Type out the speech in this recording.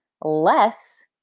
less